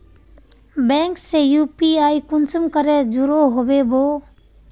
Bank से UPI कुंसम करे जुड़ो होबे बो?